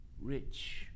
rich